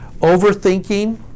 overthinking